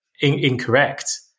incorrect